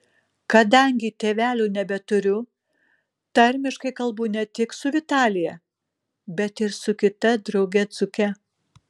kadangi tėvelių nebeturiu tarmiškai kalbu ne tik su vitalija bet ir su kita drauge dzūke